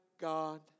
God